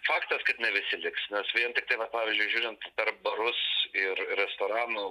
faktas kad ne visi liks nes vien tiktai va pavyzdžiui žiūrint per barus ir restoranų